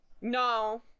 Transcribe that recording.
No